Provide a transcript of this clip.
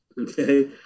Okay